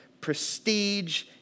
prestige